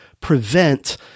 prevent